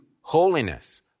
holiness